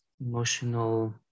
emotional